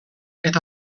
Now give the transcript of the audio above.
eta